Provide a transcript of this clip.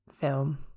film